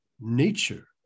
nature